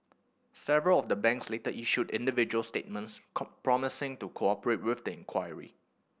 several of the banks later issued individual statements promising to cooperate with the inquiry